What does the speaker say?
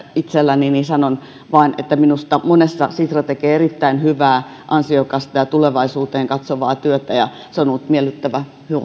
itselläni sanon vain että minusta monessa sitra tekee erittäin hyvää ansiokasta ja tulevaisuuteen katsovaa työtä ja se on ollut miellyttävää